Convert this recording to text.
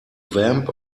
vamp